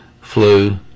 flu